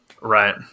Right